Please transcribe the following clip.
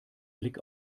blick